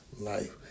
life